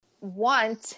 want